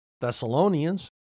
Thessalonians